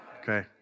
Okay